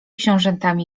książętami